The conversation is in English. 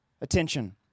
attention